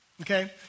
okay